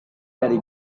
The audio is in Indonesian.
dari